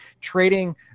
trading